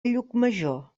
llucmajor